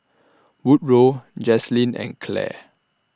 Woodrow Jaslyn and Clair